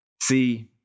see